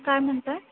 काय म्हणताय